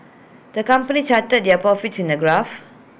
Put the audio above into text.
the company charted their profits in A graph